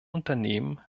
unternehmen